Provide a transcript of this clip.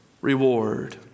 reward